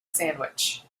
sandwich